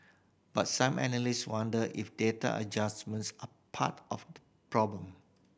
but some analysts wonder if data adjustments are part of problem